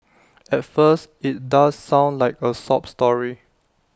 at first IT does sound like A sob story